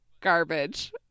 garbage